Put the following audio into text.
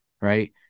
Right